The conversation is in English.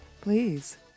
Please